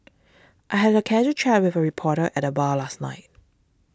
I had a casual chat with a reporter at the bar last night